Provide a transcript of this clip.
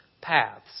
paths